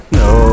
no